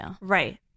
Right